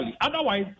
Otherwise